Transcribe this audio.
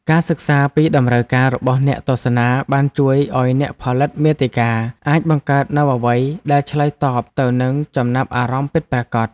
ការសិក្សាពីតម្រូវការរបស់អ្នកទស្សនាបានជួយឱ្យអ្នកផលិតមាតិកាអាចបង្កើតនូវអ្វីដែលឆ្លើយតបទៅនឹងចំណាប់អារម្មណ៍ពិតប្រាកដ។